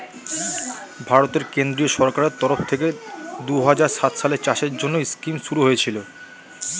ভারতের কেন্দ্রীয় সরকারের তরফ থেকে দুহাজার সাত সালে চাষের জন্যে স্কিম শুরু হয়েছিল